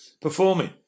performing